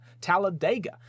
Talladega